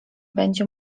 będzie